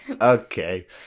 Okay